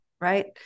right